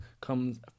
comes